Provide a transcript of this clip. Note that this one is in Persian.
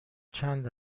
چند